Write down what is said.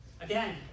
Again